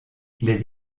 les